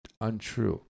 untrue